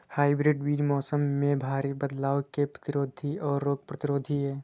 hybrid बीज मौसम में भारी बदलाव के प्रतिरोधी और रोग प्रतिरोधी हैं